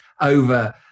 over